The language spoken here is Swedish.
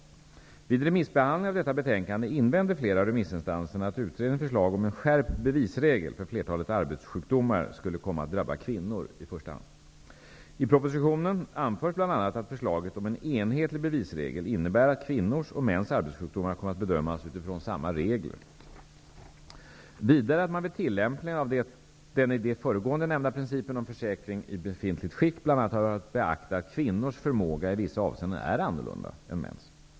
Vid remissbehandlingen av detta betänkande invände flera av remissinstanserna att utredningens förslag om en skärpt bevisregel för flertalet arbetssjukdomar skulle komma att drabba kvinnor i första hand. I propositionen anförs bl.a. att förslaget om en enhetlig bevisregel innebär att kvinnors och mäns arbetssjukdomar kommer att bedömas utifrån samma regler. Vidare anförs att man vid tillämpningen av den i det föregående nämnda principen om försäkring i befintligt skick bl.a. har att beakta att kvinnors förmåga i vissa avseenden är annorlunda än mäns.